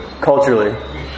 culturally